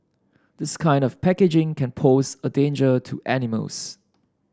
this kind of packaging can pose a danger to animals